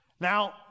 Now